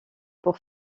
pour